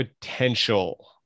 Potential